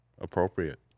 Appropriate